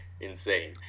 insane